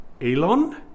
Elon